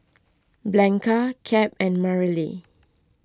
Blanca Cap and Mareli